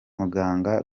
muganga